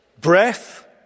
Breath